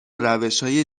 روشهای